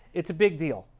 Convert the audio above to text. it is a big deal.